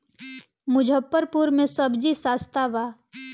मुजफ्फरपुर में सबजी सस्ता बा